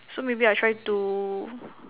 so maybe I try to